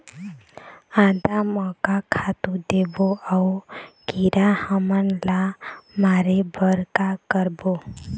आदा म का खातू देबो अऊ कीरा हमन ला मारे बर का करबो?